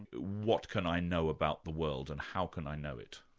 what can i know about the world, and how can i know it?